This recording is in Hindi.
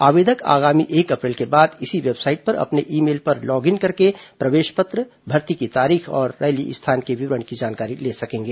आवेदक आगामी एक अप्रैल के बाद इसी वेबसाइट पर अपने ई मेल पर लॉगइन करके प्रवेश पत्र भर्ती की तारीख और रैली स्थान के विवरण की जानकारी ले सकेंगे